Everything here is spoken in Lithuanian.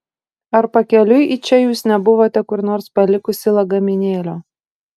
ar pakeliui į čia jūs nebuvote kur nors palikusi lagaminėlio